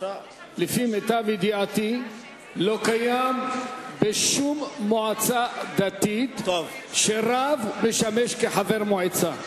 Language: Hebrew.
לפי מיטב ידיעתי לא קיים בשום מועצה דתית שרב משמש כחבר מועצה.